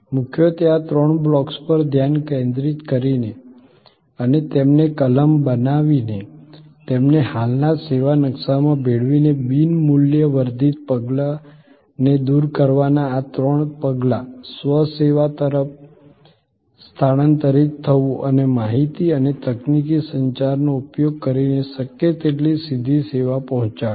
મુખ્યત્વે આ ત્રણ બ્લોક્સ પર ધ્યાન કેન્દ્રિત કરીને અને તેમને કલમ બનાવીને તેમને હાલના સેવા નકશામાં ભેળવીને બિન મૂલ્ય વર્ધિત પગલાંને દૂર કરવાના આ ત્રણ પગલાં સ્વ સેવા તરફ સ્થાનાંતરિત થવું અને માહિતી અને તકનીક સંચારનો ઉપયોગ કરીને શક્ય તેટલી સીધી સેવા પહોંચાડવી